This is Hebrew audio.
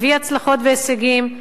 הביא הצלחות והישגים.